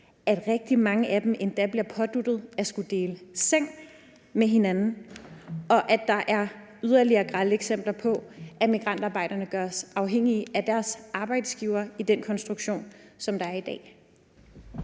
at rigtig mange af dem endda bliver påduttet at skulle dele seng med hinanden. Og der er yderligere grelle eksempler på, at migrantarbejderne gøres afhængige af deres arbejdsgiver i den konstruktion, der er i dag.